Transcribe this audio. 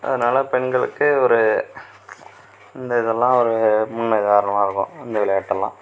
அதனால் பெண்களுக்கு ஒரு இந்த இதெல்லாம் ஒரு முன்னுதாரணமாகருக்கும் இந்த விளையாட்டெல்லாம்